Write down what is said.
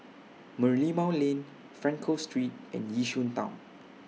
Merlimau Lane Frankel Street and Yishun Town